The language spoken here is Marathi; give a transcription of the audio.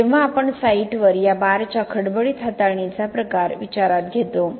जेव्हा आपण साइटवर या बारच्या खडबडीत हाताळणीचा प्रकार विचारात घेतो